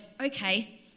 okay